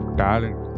talent